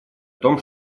том